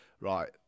Right